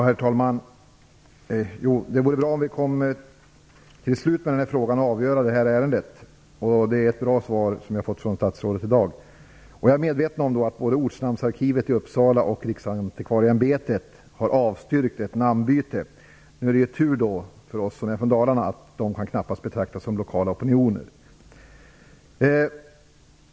Herr talman! Det vore bra om vi fick ett slut på den här frågan och kunde avgöra det här ärendet. Det är ett bra svar som vi har fått från statsrådet i dag. Jag är medveten om att både Ortsnamnsarkivet i Uppsala och Riksantikvarieämbete har avstyrkt ett namnbyte. Då är det tur för oss som är från Dalarna att de knappast kan betraktas som lokala opinioner.